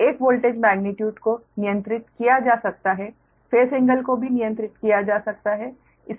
तो एक voltage magnitude को नियंत्रित किया जा सकता है फेस एंगल को भी नियंत्रित किया जा सकता है